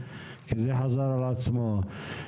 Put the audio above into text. כי זה חזר על עצמו.